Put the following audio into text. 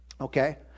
okay